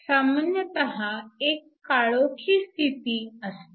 सामान्यतः एक काळोखी स्थिती असते